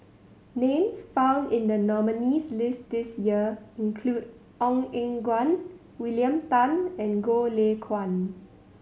names found in the nominees list this year include Ong Eng Guan William Tan and Goh Lay Kuan